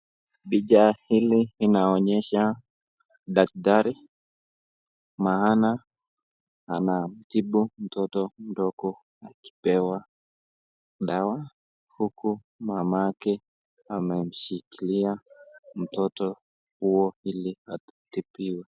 Picha hili inaonyesha daktari maana anamtibu mtoto mdogo akiwa akipewa dawa huku mamake amemshikilia mtoto huo ili atibiwe.